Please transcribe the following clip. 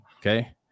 Okay